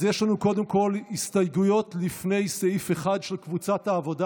אז יש לנו קודם כול הסתייגויות לפני סעיף 1 של קבוצת העבודה.